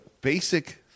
basic